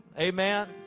Amen